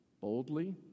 boldly